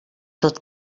tot